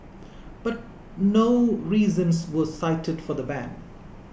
but no reasons were cited for the ban